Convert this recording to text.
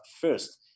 first